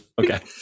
Okay